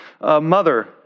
mother